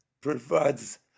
provides